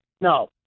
No